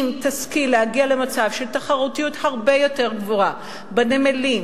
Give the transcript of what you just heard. אם תשכיל להגיע למצב של תחרותיות הרבה יותר גבוהה בנמלים,